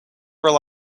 rely